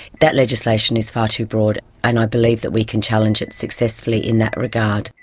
that legislation is far too broad and i believe that we can challenge it successfully in that regard.